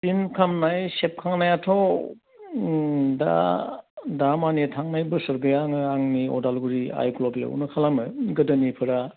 print खालामनाय सेबखांनायाथ' दा दा माने थांनाय बोसोर गैया आङो आंनि अदालगुरि आइ ग्ल'बेलावनो खालामो गोदोनिफोरा